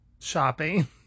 Shopping